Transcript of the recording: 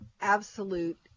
absolute